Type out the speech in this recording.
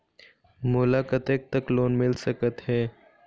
मोला कतेक तक के लोन मिल सकत हे?